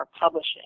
Publishing